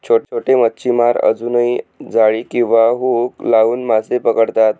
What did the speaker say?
छोटे मच्छीमार अजूनही जाळी किंवा हुक लावून मासे पकडतात